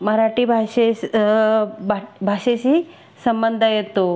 मराठी भाषे भा भाषेशी संबंध येतो